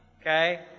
okay